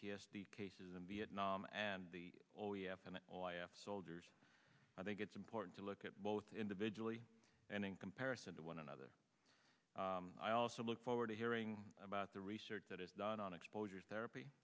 t s d cases in vietnam and the soldiers i think it's important to look at both individually and in comparison to one another i also look forward to hearing about the research that is done on exposure therapy